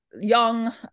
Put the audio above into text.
young